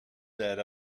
that